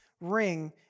ring